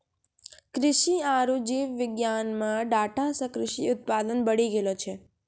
कृषि आरु जीव विज्ञान मे डाटा से कृषि उत्पादन बढ़ी गेलो छै